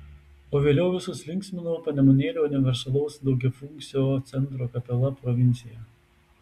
o vėliau visus linksmino panemunėlio universalaus daugiafunkcio centro kapela provincija